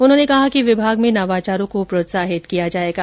उन्होंने कहा कि विभाग में नवाचारों को प्रोत्साहित किया जाएगा